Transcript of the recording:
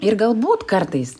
ir galbūt kartais